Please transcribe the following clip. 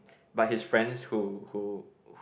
but his friends who who who